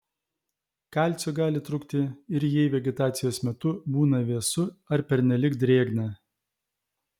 kalcio gali trūkti ir jei vegetacijos metu būna vėsu ar pernelyg drėgna